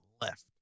left